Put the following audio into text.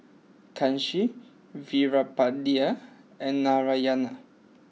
Kanshi Veerapandiya and Narayana